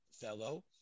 fellow